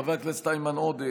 חבר הכנסת איימן עודה,